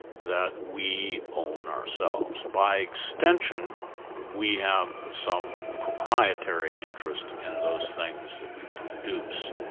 that we own ourselves. by extension we have some proprietary interest in those things that we produce,